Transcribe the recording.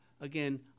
Again